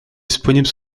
disponible